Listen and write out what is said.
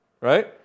right